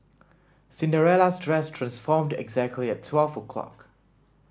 Cinderella's dress transformed exactly at twelve o'clock